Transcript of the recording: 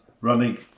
running